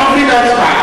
אנחנו עוברים להצבעה.